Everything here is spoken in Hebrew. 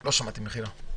--- לא שמעתי, מחילה.